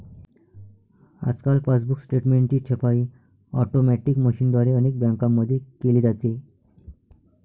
आजकाल पासबुक स्टेटमेंटची छपाई ऑटोमॅटिक मशीनद्वारे अनेक बँकांमध्ये केली जाते